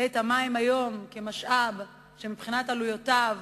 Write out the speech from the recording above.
את המים היום כמשאב שמבחינת עלויותיו